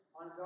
on